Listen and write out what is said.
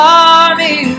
army